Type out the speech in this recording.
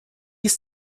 ist